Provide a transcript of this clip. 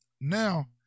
Now